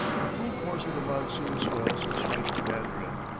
the full force of the monsoon swells strikes the mandarin,